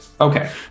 Okay